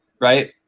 right